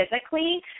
physically